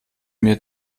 mir